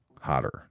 hotter